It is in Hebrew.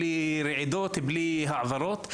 בלי רעידות ובלי העברות.